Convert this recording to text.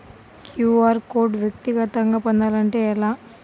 QR code వ్యక్తిగతంగా పొందాలంటే ఎలా?